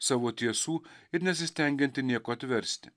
savo tiesų ir nesistengianti nieko atversti